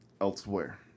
elsewhere